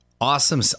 Awesome